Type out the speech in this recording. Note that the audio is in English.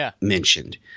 mentioned